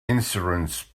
insurance